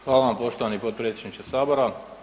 Hvala vam poštovani potpredsjedniče Sabora.